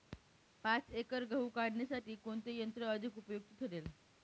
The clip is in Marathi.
पाच एकर गहू काढणीसाठी कोणते यंत्र अधिक उपयुक्त ठरेल?